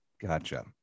Gotcha